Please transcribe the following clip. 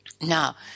Now